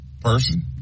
person